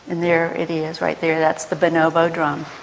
and there it is right there, that's the bonobo drum.